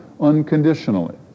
unconditionally